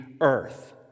earth